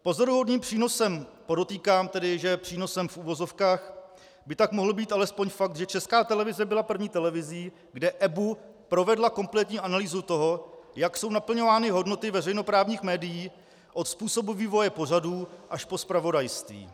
Pozoruhodným přínosem, podotýkám, že přínosem v uvozovkách, by tak mohl být alespoň fakt, že Česká televize byla první televizí, kde EBU provedla kompletní analýzu toho, jak jsou naplňovány hodnoty veřejnoprávních médií od způsobu vývoje pořadů až po zpravodajství.